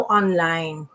online